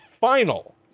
final